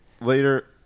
later